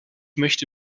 möchte